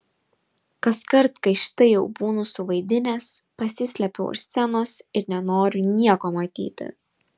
kaskart kai šitai jau būnu suvaidinęs pasislepiu už scenos ir nenoriu nieko matyti